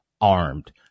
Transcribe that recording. armed